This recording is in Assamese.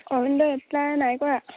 অইলৰ এপ্লাই নাই কৰা